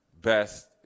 best